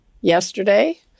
yesterday